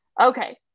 Okay